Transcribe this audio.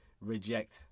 reject